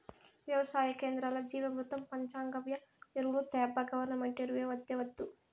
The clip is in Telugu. వెవసాయ కేంద్రాల్ల జీవామృతం పంచగవ్య ఎరువులు తేబ్బా గవర్నమెంటు ఎరువులు వద్దే వద్దు